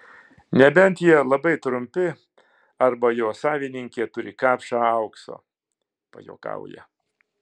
nebent jie labai trumpi arba jo savininkė turi kapšą aukso pajuokauja